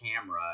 camera